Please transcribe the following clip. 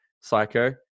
psycho